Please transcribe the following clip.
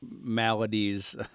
maladies